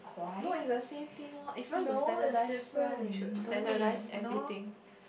no it's the same thing loh if you want to standardise one you should standardise everything